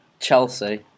Chelsea